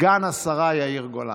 סגן השרה יאיר גולן.